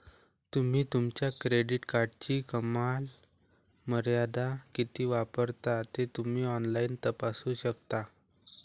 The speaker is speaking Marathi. तुम्ही तुमच्या क्रेडिट कार्डची कमाल मर्यादा किती वापरता ते तुम्ही ऑनलाइन तपासू शकता